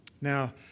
Now